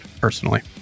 personally